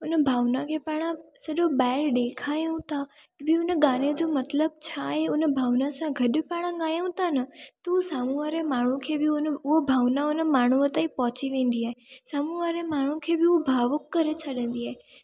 उन भावना खे पाण सॼो ॿाहिरि ॾेखारूं था कि भई उन गाने जो मतिलबु छा आहे उन भावना सां गॾु पाण ॻायूं त न त उहा साम्हूं वारी माण्हू खे बि उन उहो भावनाऊं उन माण्हू तई पहुची वेंदी आहे साम्हूं वारे माण्हू खे बि वो भावुक करे छॾंदी आहे